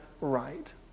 right